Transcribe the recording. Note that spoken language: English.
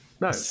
No